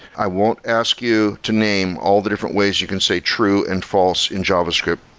i won't ask you to name all the different ways you can say true and false in javascript,